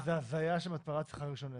זו הזיה שמתפרה צריכה רישיון עסק.